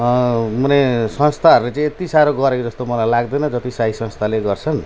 माने संस्थाहरू चाहिँ यति साह्रो गरेको जस्तो लाग्दैन जति साई संस्थाले गर्छन्